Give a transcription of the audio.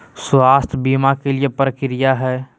स्वास्थ बीमा के की प्रक्रिया है?